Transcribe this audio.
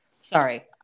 Sorry